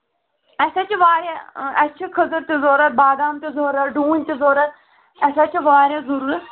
اَسہِ حظ چھِ واریاہ اَسہِ چھِ کھٔزٕر تہِ ضوٚرَتھ بادام تہِ ضوٚرَتھ ڈوٗنۍ تہِ ضوٚرَتھ اَسہِ حظ چھِ واریاہ ضٔروٗرت